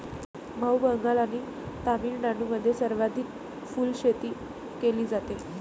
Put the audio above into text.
भाऊ, बंगाल आणि तामिळनाडूमध्ये सर्वाधिक फुलशेती केली जाते